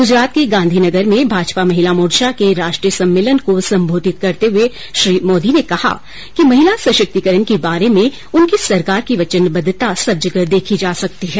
गुजरात के गांधी नगर में भाजपा महिला मोर्चा के राष्ट्रीय सम्मेलन को संबोधित करते हुए श्री मोदी ने कहा है कि महिला सशक्तीकरण के बारे में उनकी सरकार की वचनबद्वता सब जगह देखी जा सकती है